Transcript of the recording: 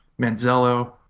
manzello